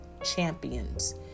champions